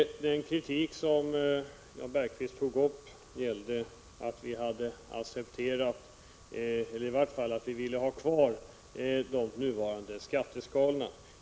Den kritik av våra förslag som Jan Bergqvist framförde gällde att vi hade accepterat eller i vart fall ville ha kvar de nuvarande skatteskalorna.